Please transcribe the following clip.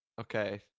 Okay